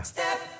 Step